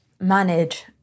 manage